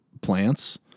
plants